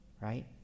right